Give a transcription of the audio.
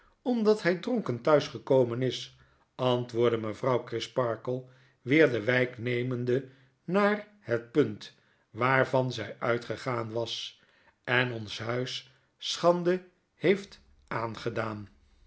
omdat hy dronken thuis gekomen is antwoordde mevrouw crisparkle weer de wyk nemende naar het punt waarvan zij uitgegaan was en ons huis schande heeft aangedaan